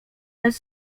bez